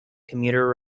commuter